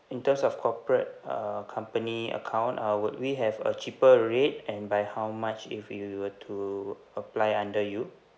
in terms of corporate err company account uh would we have a cheaper rate and by how much if we were to apply under you